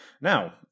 Now